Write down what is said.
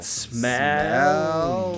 smell